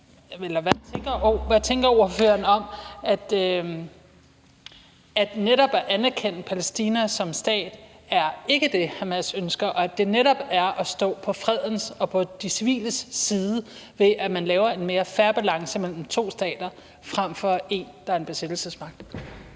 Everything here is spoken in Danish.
hvad tænker ordføreren om, at netop det med at anerkende Palæstina som stat ikke er det, Hamas ønsker, og at det netop er ved at stå på fredens og på de civiles side, at man laver en mere fair balance mellem to stater, frem for, at en stat er en besættelsesmagt?